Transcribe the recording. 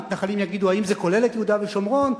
המתנחלים יגידו: האם זה כולל את יהודה ושומרון?